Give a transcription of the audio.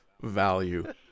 Value